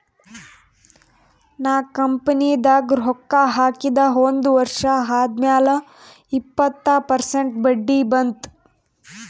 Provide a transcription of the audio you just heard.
ನಾ ಕಂಪನಿದಾಗ್ ರೊಕ್ಕಾ ಹಾಕಿದ ಒಂದ್ ವರ್ಷ ಆದ್ಮ್ಯಾಲ ಇಪ್ಪತ್ತ ಪರ್ಸೆಂಟ್ ಬಡ್ಡಿ ಬಂತ್